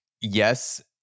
yes